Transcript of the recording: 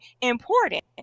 important